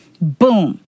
boom